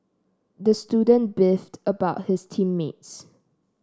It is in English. the student beefed about his team mates